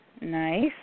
Nice